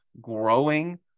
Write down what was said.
growing